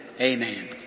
Amen